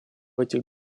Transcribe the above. этих